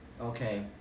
okay